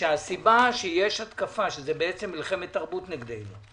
שהסיבה שיש התקפה, שזה בעצם מלחמת תרבות נגדנו.